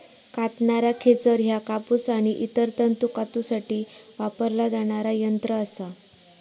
कातणारा खेचर ह्या कापूस आणि इतर तंतू कातूसाठी वापरला जाणारा यंत्र असा